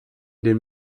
den